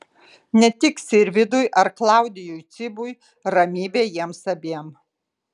ne tik sirvydui ar klaudijui cibui ramybė jiems abiem